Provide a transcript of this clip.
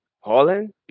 Holland